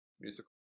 musical